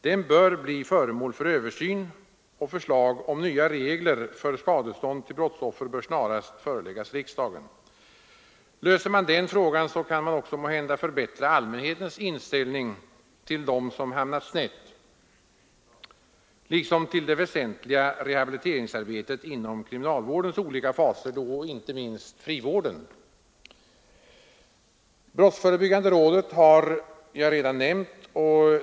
Den bör bli föremål för översyn, och förslag om nya regler för skadestånd' till brottsoffer bör snarast föreläggas riksdagen. Löser man det problemet, kan man måhända också förbättra allmänhetens inställning till dem som hamnat snett liksom till det väsentliga rehabiliteringsarbetet inom kriminalvårdens olika faser, då inte minst frivården. Brottsförebyggande rådet har jag redan nämnt.